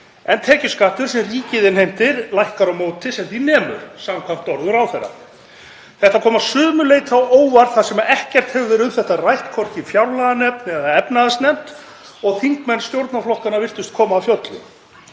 en tekjuskattur sem ríkið innheimtir lækkar á móti sem því nemur, samkvæmt orðum ráðherra. Þetta kom að sumu leyti á óvart þar sem ekkert hefur verið um þetta rætt, hvorki í fjárlaganefnd eða efnahagsnefnd og þingmenn stjórnarflokkanna virtust koma af fjöllum.